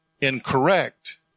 incorrect